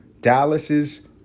Dallas's